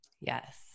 Yes